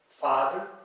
Father